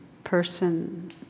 person